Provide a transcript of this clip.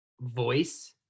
voice